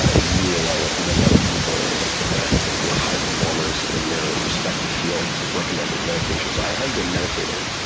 ah you, along with many other people who are high performers in their respective fields have recommended meditation. so i have been meditating,